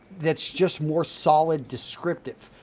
that's just more solid descriptive.